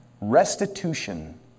Restitution